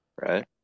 Right